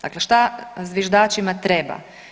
Dakle šta zviždačima treba?